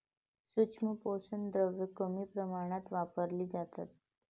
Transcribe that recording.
सूक्ष्म पोषक द्रव्ये कमी प्रमाणात वापरली जातात